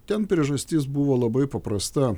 ten priežastis buvo labai paprasta